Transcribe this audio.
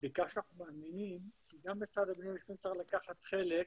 בכך שאנחנו מאמינים שגם משרד הבינוי והשיכון צריך לקחת חלק,